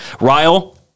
Ryle